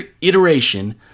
iteration